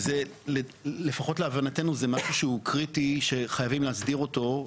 לפחות להבנתנו זה משהו קריטי וחייבים להסדיר אותו.